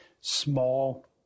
small